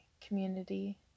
community